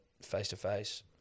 face-to-face